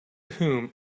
whom